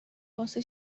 واسه